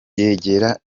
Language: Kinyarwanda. yegera